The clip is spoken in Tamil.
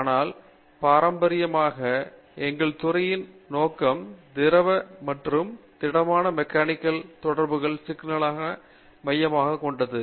ஆனால் பாரம்பரியமாக எங்கள் துறையின் நோக்கம் திரவ மற்றும் திடமான மெக்கானிக்கல் தொடர்பான சிக்கல்களை மையமாகக் கொண்டது